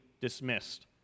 dismissed